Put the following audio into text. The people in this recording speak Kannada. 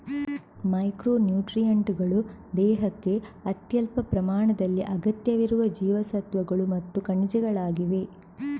ಮೈಕ್ರೊ ನ್ಯೂಟ್ರಿಯೆಂಟುಗಳು ದೇಹಕ್ಕೆ ಅತ್ಯಲ್ಪ ಪ್ರಮಾಣದಲ್ಲಿ ಅಗತ್ಯವಿರುವ ಜೀವಸತ್ವಗಳು ಮತ್ತು ಖನಿಜಗಳಾಗಿವೆ